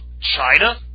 China